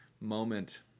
moment